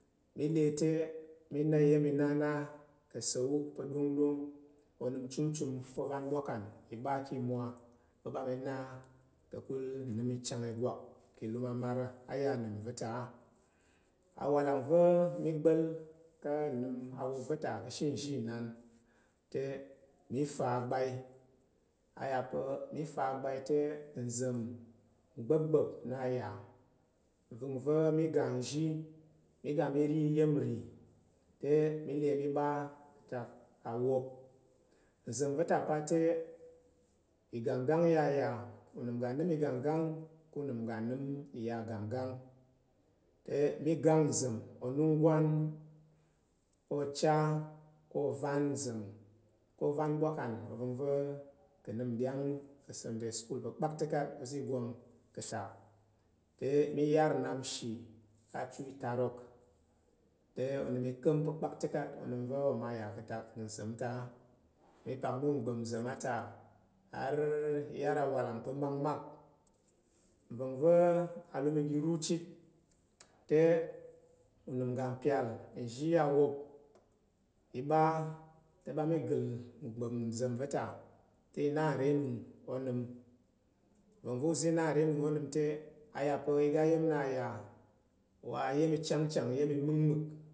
Mi te mi na iya̱m inana ka̱ asa̱l- wu pa̱ ɗongɗong onəm chumchum ka̱ ovan mbwakan i ɓa ka̱ mwa mi ɓa i na ka̱kul nəm nchang ìgwak ka̱ ilum amar aya anəm va̱ ta a wa kang va̱ igba̱l ka̱ nnəm awop va̱ te ka̱ she nzhi inan te i fa abwai a ya pa̱ mi ta abwai te nza̱ wap bat na ya avəngva̱ mi ga nzhi mi ga mi ri iya̱m nri te mi le mi ɓa ka̱ atak awop nza̱m va̱ ta pate igangan ka̱ nə́m ga nəm iya igangan te mi ga nza̱m onunggwan ka̱ che ko ovanza̱m ko avan bwakan ivəngva̱ ka̱ n nɗyang ka̱ sunday school pa̱ kpakətak ova̱ swang ka̱t te mi yar nnap nshi ka̱ chu itarok te onəm i ka̱m pa̱ kpaktak onəm va̱ oma ya ka̱ tak uza̱ ta mi pak nok ɓap nza̱m ata harr iya ra awalang pa̱ makmak nva̱ngva̱ awa iga ro chit te unəm i ga mpyal uzhi na o wop i ɓa te ɓa mi ga te na nre anung onəm nvəngva̱ uza̱ na re anung onəm te aya o iga ayam na ya wal iya̱m i changchang iya̱m i makmak